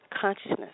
consciousness